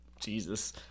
Jesus